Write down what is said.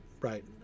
right